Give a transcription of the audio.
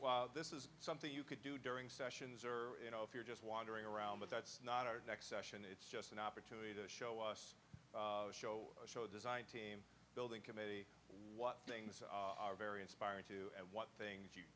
this is something you could do during sessions or you know if you're just wandering around but that's not our next session it's just an opportunity to show us show or show design team building committee what things are very inspiring to and one thing if you